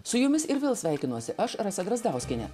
su jumis ir vėl sveikinuosi aš rasa drazdauskienė